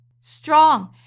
strong